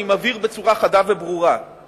אני מבהיר בצורה חדה וברורה,